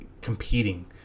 competing